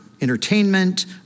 entertainment